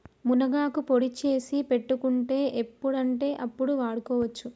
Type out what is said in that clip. మునగాకు పొడి చేసి పెట్టుకుంటే ఎప్పుడంటే అప్పడు వాడుకోవచ్చు